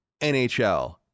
NHL